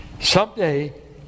Someday